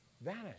vanish